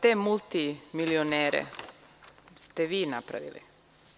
Te multimilionere ste vi napravili.